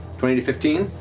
twenty to fifteen.